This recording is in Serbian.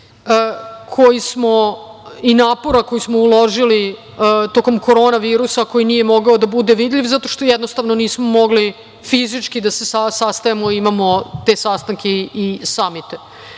tog rada i napora koji smo uložili tokom korona virusa, koji nije mogao da bude vidljiv, zato što jednostavno nismo mogli fizički da se sastajemo i imamo te sastanke i